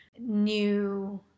new